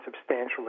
substantially